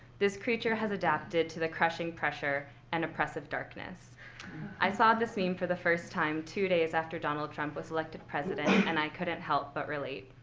this creature has adapted to the crushing pressure and oppressive darkness i saw this meme for the first time two days after donald trump was elected president, and i couldn't help but relate.